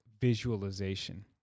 visualization